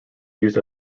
used